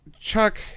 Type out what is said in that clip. Chuck